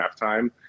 halftime